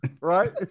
right